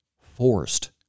forced